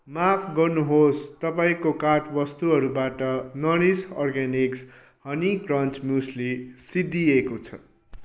माफ गर्नुहोस् तपाईँको कार्ट वस्तुहरूबाट Norris organics honey crunch muesli सिद्धिएको छ